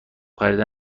خریدن